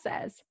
says